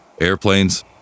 airplanes